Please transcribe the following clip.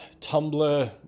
Tumblr